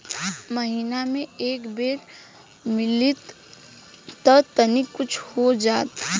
महीना मे एक बेर मिलीत त तनि कुछ हो जाइत